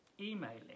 emailing